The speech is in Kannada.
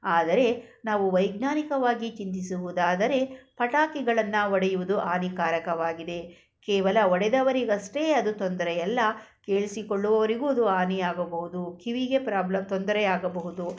ಆದರೆ ನಾವು ವೈಜ್ಞಾನಿಕವಾಗಿ ಚಿಂತಿಸುವುದಾದರೆ ಪಟಾಕಿಗಳನ್ನು ಹೊಡೆಯುವುದು ಹಾನಿಕಾರಕವಾಗಿದೆ ಕೇವಲ ಹೊಡೆದವರಿಗಷ್ಟೇ ಅದು ತೊಂದರೆಯಲ್ಲ ಕೇಳಿಸಿಕೊಳ್ಳುವವರಿಗೂ ಅದು ಹಾನಿಯಾಗಬೌದು ಕಿವಿಗೆ ಪ್ರಾಬ್ಲ ತೊಂದರೆಯಾಗಬಹುದು